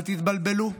אל תתבלבלו,